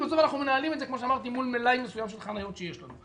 כי את זה אנחנו מנהלים כמו שאמרתי מול מלאי מסוים של חניות שיש לנו.